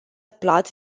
plot